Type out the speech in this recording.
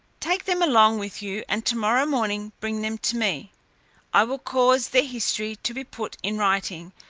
take them along with you, and tomorrow morning bring them to me i will cause their history to be put in writing,